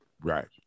Right